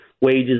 Wages